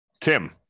Tim